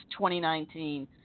2019